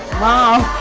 wow!